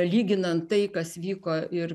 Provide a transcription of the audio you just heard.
lyginant tai kas vyko ir